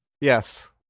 Yes